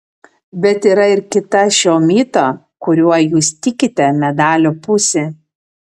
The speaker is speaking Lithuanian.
bet yra ir kita šio mito kuriuo jūs tikite medalio pusė